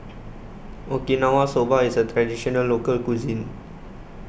Okinawa Soba IS A Traditional Local Cuisine